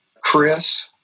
Chris